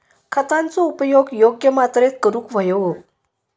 खतांचो उपयोग योग्य मात्रेत करूक व्हयो